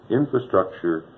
infrastructure